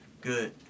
good